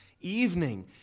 Evening